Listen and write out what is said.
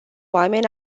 oameni